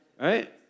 Right